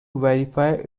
verify